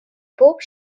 bob